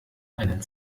einen